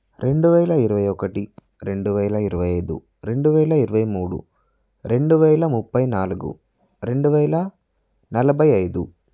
రెండు వేల ఇరవై ఒకటి రెండు వేల ఇరవై ఐదు రెండు వేల ఇరవై మూడు రెండు వేల ముప్పై నాలుగు రెండు వేల నలభై ఐదు